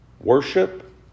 worship